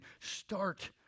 start